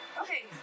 Okay